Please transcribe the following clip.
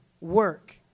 Work